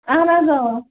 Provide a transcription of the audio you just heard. اَہن حظ اۭں